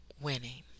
winning